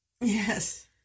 Yes